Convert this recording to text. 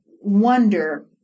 wonder